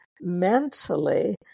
mentally